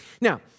Now